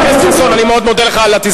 חבר הכנסת פלסנר, תודה.